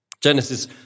Genesis